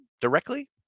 directly